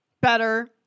Better